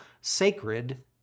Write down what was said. sacred